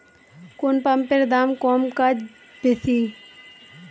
কোন পাম্পের দাম কম কাজ বেশি?